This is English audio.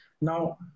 Now